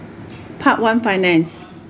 part one finance